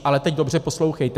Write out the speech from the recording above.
Ale teď dobře poslouchejte.